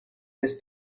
this